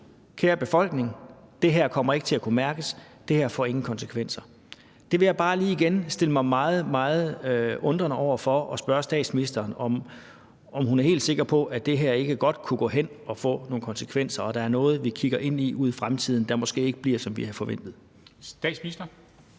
kære befolkning, det her kommer ikke til at kunne mærkes, det her får ingen konsekvenser? Det vil jeg stille mig meget, meget undrende over for, og jeg vil spørge statsministeren, om hun er helt sikker på, at det her ikke godt kunne gå hen og få nogle konsekvenser, og at der er noget, vi kigger ind i ude i fremtiden, der måske ikke bliver, som vi havde forventet. Kl.